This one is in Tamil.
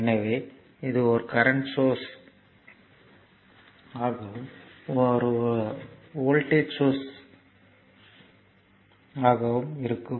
எனவே இது ஒரு கரண்ட் சோர்ஸ் ஆகவும் இது ஒரு வோல்டேஜ் சோர்ஸ் ஆகவும் இருக்கும்